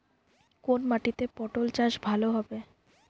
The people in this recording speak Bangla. কোন মাটিতে পটল চাষ ভালো হবে?